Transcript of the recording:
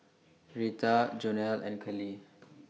Rheta Jonell and Callie